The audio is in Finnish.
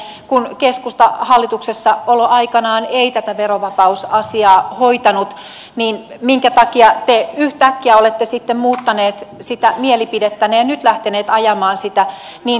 nimittäin kun keskusta hallituksessaoloaikanaan ei tätä verovapausasiaa hoitanut minkä takia te yhtäkkiä olette muuttaneet mielipidettänne ja nyt lähteneet ajamaan sitä niin tiuhasti